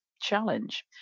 challenge